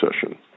session